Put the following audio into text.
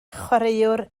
chwaraewr